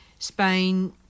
Spain